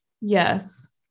Yes